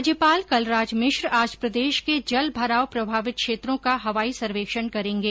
राज्यपाल कलराज मिश्र आज प्रदेश के जल भराव प्रभावित क्षेत्रों का हवाई सर्वेक्षण करेंगे